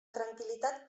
tranquil·litat